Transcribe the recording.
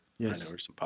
Yes